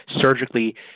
surgically